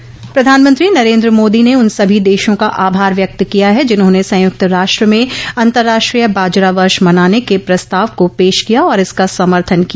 अब समाचार विस्तार से प्रधानमंत्री नरेन्द्र मोदी ने उन सभी देशों का आभार व्यक्त किया है जिन्होंने संयुक्त राष्ट्र में अंतर्राष्ट्रीय बाजरा वर्ष मनाने के प्रस्ताव को पेश किया और इसका समर्थन किया